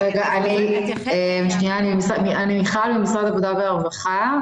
אני ממשרד העבודה והרווחה.